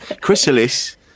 chrysalis